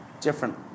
different